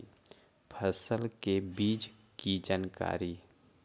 फसल के बीज की जानकारी?